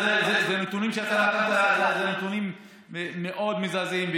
אלה נתונים מאוד מזעזעים,